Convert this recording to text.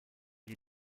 you